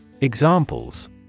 Examples